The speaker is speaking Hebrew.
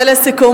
ולסיכום.